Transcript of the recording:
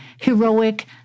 heroic